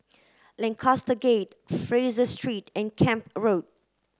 Lancaster Gate Fraser Street and Camp Road